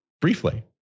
briefly